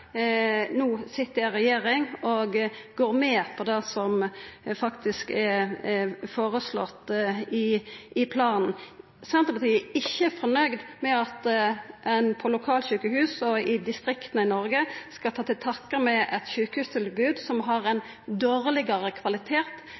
no sit i regjering og går med på det som faktisk er føreslått i planen. Senterpartiet er ikkje fornøgd med at ein på lokalsjukehus og i distrikta i Noreg skal ta til takke med eit sjukehustilbod som har ein